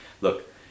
Look